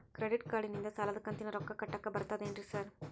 Credit ಕಾರ್ಡನಿಂದ ಸಾಲದ ಕಂತಿನ ರೊಕ್ಕಾ ಕಟ್ಟಾಕ್ ಬರ್ತಾದೇನ್ರಿ ಸಾರ್?